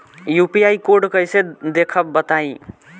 UPI code कैसे देखब बताई?